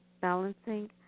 balancing